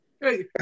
Hey